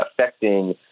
affecting